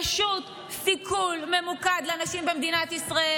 פשוט סיכול ממוקד לנשים במדינת ישראל,